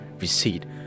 recede